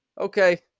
Okay